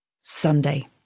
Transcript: Sunday